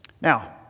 Now